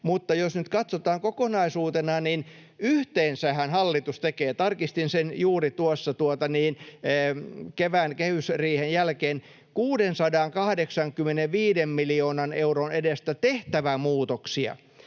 mutta jos nyt katsotaan kokonaisuutena, niin yhteensähän hallitus tekee — tarkistin sen juuri tuossa — kevään kehysriihen jälkeen 685 miljoonan euron edestä tehtävämuutoksia.